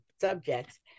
subjects